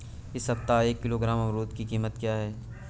इस सप्ताह एक किलोग्राम अमरूद की कीमत क्या है?